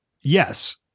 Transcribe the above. yes